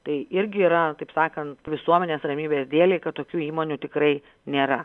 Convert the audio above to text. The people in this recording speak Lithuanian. tai irgi yra taip sakant visuomenės ramybės dėlei kad tokių įmonių tikrai nėra